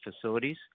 facilities